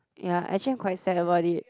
ya actually I quite sad about it